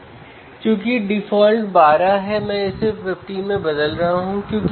और देखें कि V1 और V2 के बीच वोल्टेज अंतर क्या है